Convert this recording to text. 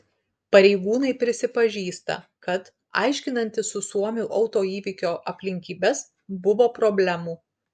pareigūnai prisipažįsta kad aiškinantis su suomiu autoįvykio aplinkybes buvo problemų